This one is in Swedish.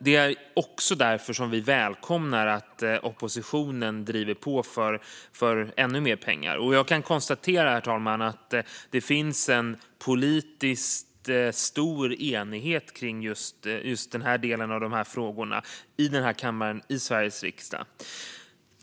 Det är också därför vi välkomnar att oppositionen driver på för ännu mer pengar. Jag kan konstatera, herr talman, att det i kammaren i Sveriges riksdag finns en stor politisk enighet kring den här delen av dessa frågor. Herr talman!